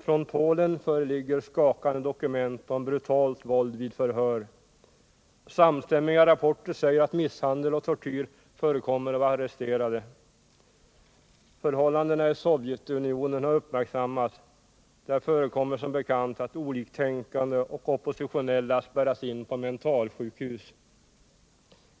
Från Polen föreligger skakande dokument om brutalt våld vid förhör. Samstämmiga rapporter säger att misshandel och tortyr förekommer av arresterade. Förhållandena i Sovjetunionen har uppmärksammats. Där förekommer det som bekant att oliktänkande och oppositionella spärras in på mentalsjukhus.